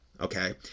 okay